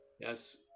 Yes